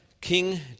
King